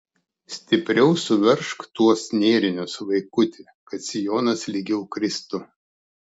stipriau suveržk tuos nėrinius vaikuti kad sijonas lygiau kristų